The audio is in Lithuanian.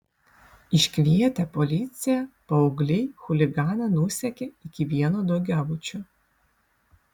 iškvietę policiją paaugliai chuliganą nusekė iki vieno daugiabučio